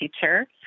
teacher